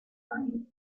mind